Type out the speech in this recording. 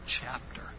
chapter